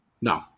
No